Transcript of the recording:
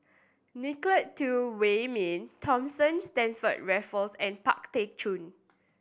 Nicolette Teo Wei Min Thomas Stamford Raffles and Pang Teck Joon